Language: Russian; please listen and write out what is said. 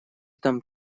там